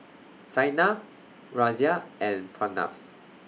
Saina Razia and Pranav